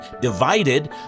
divided